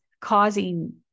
causing